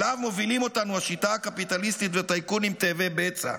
שאליו מובילים אותנו השיטה הקפיטליסטית וטייקונים תאבי בצע,